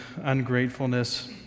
ungratefulness